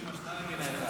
טובים השניים מן האחד.